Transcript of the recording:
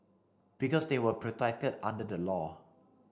because they were protected under the law